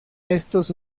estos